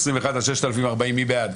2 בעד,